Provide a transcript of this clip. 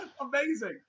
Amazing